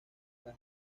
las